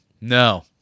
No